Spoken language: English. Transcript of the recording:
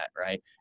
right